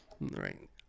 Right